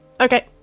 okay